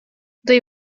they